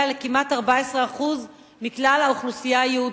לכמעט 14% מכלל האוכלוסייה היהודית.